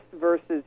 versus